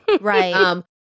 right